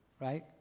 right